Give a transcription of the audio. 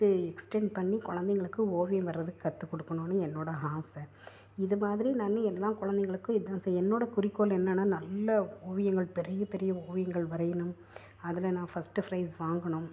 அதுக்கு எக்ஸ்டண்ட் பண்ணி கொழந்தைங்களுக்கு ஓவியம் வரையிறதுக்கு கற்றுக் கொடுக்கணுன்னு என்னோட ஆசை இது மாதிரி நான் எல்லா கொழந்தைகளுக்கும் இதான் என்னோட குறிக்கோள் என்னென்னா நல்ல ஓவியங்கள் பெரிய பெரிய ஓவியங்கள் வரையணும் அதில் நான் ஃபஸ்ட்டு ஃப்ரைஸ் வாங்கணும்